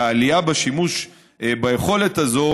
והעלייה בשימוש ביכולת הזאת